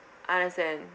understand